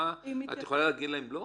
האם את יכולה להגיד להם לא?